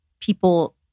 people